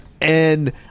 And-